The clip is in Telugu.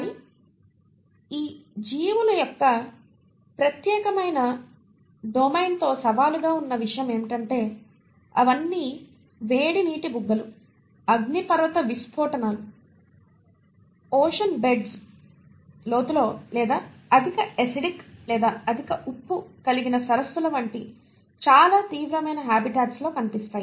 కానీ జీవుల యొక్క ఈ ప్రత్యేక డొమైన్తో సవాలుగా ఉన్న విషయం ఏమిటంటే అవన్నీ వేడి నీటి బుగ్గలు అగ్నిపర్వత విస్ఫోటనాలు ఓషన్ బెడ్స్ లోతులో లేదా అధిక అసిడిక్ లేదా అధిక ఉప్పు కలిగిన సరస్సుల వంటి చాలా తీవ్రమైన హాబీటాట్స్ లో కనిపిస్తాయి